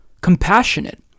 compassionate